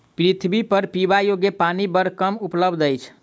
पृथ्वीपर पीबा योग्य पानि बड़ कम उपलब्ध अछि